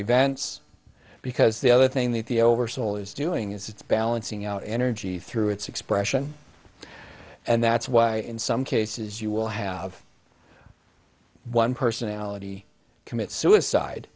events because the other thing that the oversold is doing is it's balancing out energy through its expression and that's why in some cases you will have one personality commit suicide